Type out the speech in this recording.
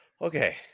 Okay